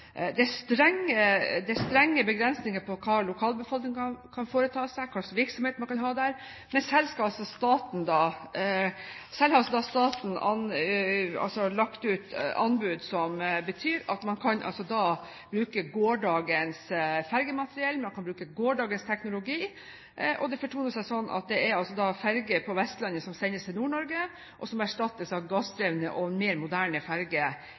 Det er strenge begrensninger for hva lokalbefolkningen kan foreta seg, og hva slags virksomhet man kan ha der. Men selv har altså staten lagt ut anbud som betyr at man kan bruke gårsdagens ferjemateriell, man kan bruke gårsdagens teknologi. Det fortoner seg sånn at ferjer fra Vestlandet sendes til Nord-Norge og erstattes av gassdrevne og mer moderne